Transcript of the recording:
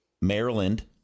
Maryland